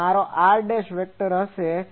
આ મારો r vector હશે